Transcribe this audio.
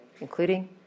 including